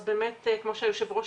כמו שאמר היושב-ראש,